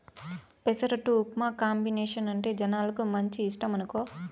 పెసరట్టు ఉప్మా కాంబినేసనంటే జనాలకు మంచి ఇష్టమనుకో